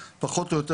ופחות או יותר